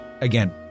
again